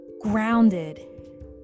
grounded